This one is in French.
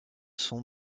son